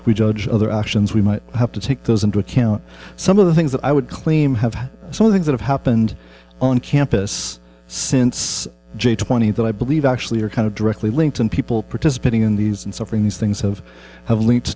like we judge other actions we might have to take those into account some of the things that i would claim have some things that have happened on campus since twenty eight that i believe actually are kind of directly linked in people participating in these and suffering these things have have l